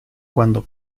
cuando